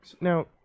Now